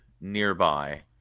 nearby